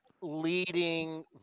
leading